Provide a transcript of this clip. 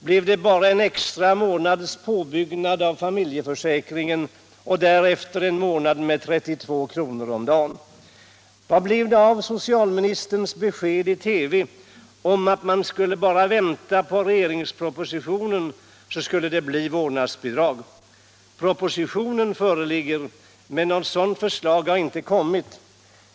blev det bara en extra månads påbyggnad på familjeförsäkringen och därefter en månad med 32 kr. om dagen. Vad blev det av socialministerns besked i TV om att man bara skulle vänta på regeringspropositionen så skulle det bli vårdnadsbidrag? Propositionen föreligger, men något sådant förslag har inte kommit.